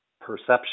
perception